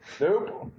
Nope